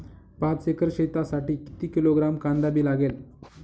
पाच एकर शेतासाठी किती किलोग्रॅम कांदा बी लागेल?